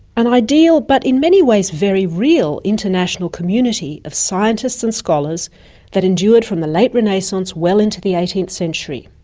and ideal but in many ways very real international community of scientists and scholars that endured from the late renaissance well into the eighteenth century.